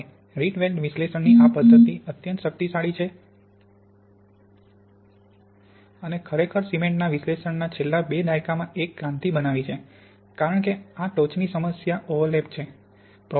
હવે રીટવેલ્ડ વિશ્લેષણની આ પદ્ધતિ અત્યંત શક્તિશાળી છે અને ખરેખર સિમેન્ટના વિશ્લેષણમાં છેલ્લા બે દાયકામાં એક ક્રાંતિ બનાવી છે કારણ કે આ ટોચની સમસ્યા ઓવરલેપ છે